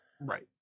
Right